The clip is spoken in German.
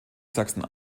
sachsen